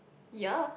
ya